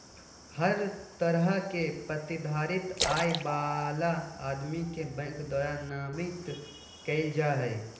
हर तरह के प्रतिधारित आय वाला आदमी के बैंक द्वारा नामित कईल जा हइ